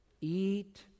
eat